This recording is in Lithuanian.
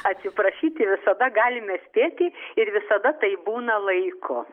atsiprašyti visada galime spėti ir visada tai būna laiku